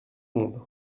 monde